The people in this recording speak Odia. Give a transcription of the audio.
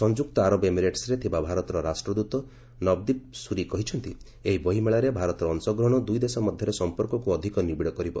ସଂଯୁକ୍ତ ଆରବ ଏମିରେଟସ୍ରେ ଥିବା ଭାରତର ରାଷ୍ଟ୍ରଦୂତ ନବଦୀପ ସୁରୀ କହିଛନ୍ତି ଏହି ବହିମେଳାରେ ଭାରତର ଅଂଶଗ୍ରହଣ ଦୁଇ ଦେଶ ମଧ୍ୟରେ ସମ୍ପର୍କକୁ ଅଧିକ ନିବିଡ଼ କରିବ